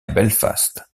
belfast